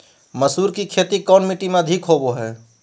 मसूर की खेती कौन मिट्टी में अधीक होबो हाय?